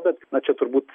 bet na čia turbūt